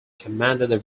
commanded